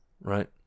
right